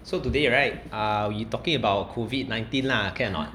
so today right ah we talking about COVID nineteen lah can or not